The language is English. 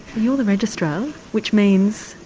you're the registrar, um which means?